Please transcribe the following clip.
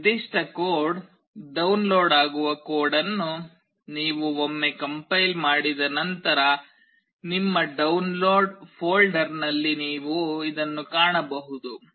ಈ ನಿರ್ದಿಷ್ಟ code download ಆಗುವ ಕೋಡ್ ಅನ್ನು ನೀವು ಒಮ್ಮೆ ಕಂಪೈಲ್ ಮಾಡಿದ ನಂತರ ನಿಮ್ಮ ಡೌನ್ಲೋಡ್ ಫೋಲ್ಡರ್ನಲ್ಲಿ ಇದನ್ನು ನೀವು ಕಾಣಬಹುದು